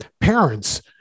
Parents